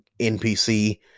NPC